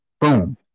Boom